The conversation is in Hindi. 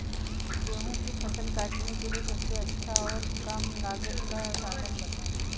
गेहूँ की फसल काटने के लिए सबसे अच्छा और कम लागत का साधन बताएं?